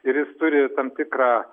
ir jis turi tam tikrą